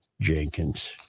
Jenkins